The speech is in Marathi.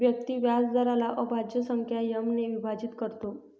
व्यक्ती व्याजदराला अभाज्य संख्या एम ने विभाजित करतो